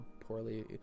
poorly